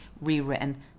rewritten